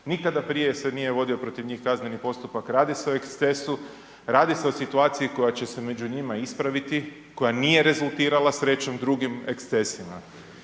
Nikada prije se nije vodio protiv njih kazneni postupak, radi se o ekscesu, radi se o situaciji koja će se među njima ispraviti, koja nije rezultirala, srećom, drugim ekscesima.